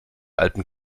alten